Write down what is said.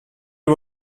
you